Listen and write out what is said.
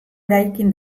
eraikin